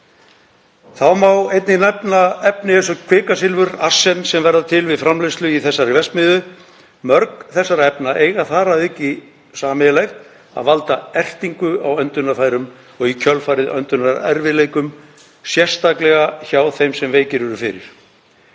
Þá má einnig nefna efni eins og kvikasilfur og arsen sem verða til við framleiðslu í þessari verksmiðju. Mörg þessara efna eiga þar að auki sameiginlegt að valda ertingu á öndunarfærum og í kjölfarið öndunarerfiðleikum, sérstaklega hjá þeim sem veikir eru fyrir.